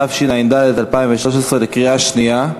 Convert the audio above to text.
התשע"ד 2013, בקריאה שנייה.